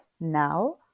now